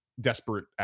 desperate